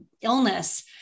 illness